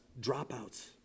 dropouts